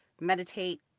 meditate